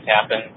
happen